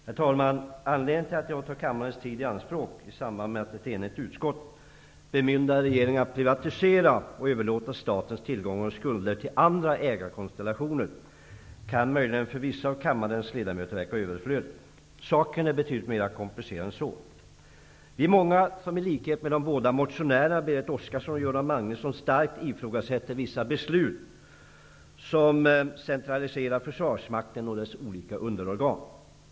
Herr talman! Anledningen till att jag tar kammarens tid i anspråk i samband med att ett enigt utskott bemyndigade regeringen att privatisera och överlåta statens tillgångar och skulder till andra ägarkonstellationer, kan för vissa av kammarens ledamöter möjligen verka överflödig. Men frågan är betydligt mer komplicerad än vad man kan tro. Vi är många, som i likhet med de båda motionärerna Berit Oscarsson och Göran Magnusson, starkt ifrågasätter vissa beslut som innebär en centralisering av försvarsmakten och dess olika underorgan.